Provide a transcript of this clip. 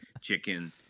chicken